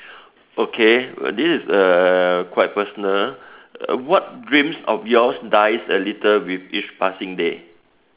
okay well this is err quite personal what dreams of yours dies a little with each passing day